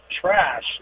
trash